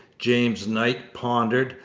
james knight, pondered,